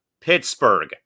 Pittsburgh